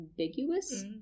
ambiguous